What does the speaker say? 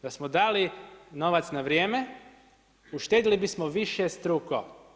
Da smo dali novac na vrijeme, uštedili bismo višestruko.